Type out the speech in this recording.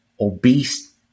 obese